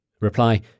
Reply